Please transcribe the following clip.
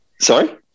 Sorry